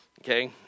Okay